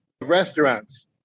restaurants